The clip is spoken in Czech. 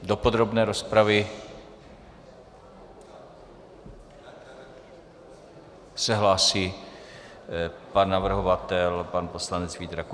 Do podrobné rozpravy se hlásí pan navrhovatel, pan poslanec Vít Rakušan.